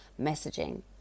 messaging